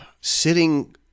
sitting